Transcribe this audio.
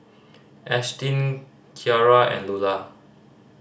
Ashtyn Kiarra and Lula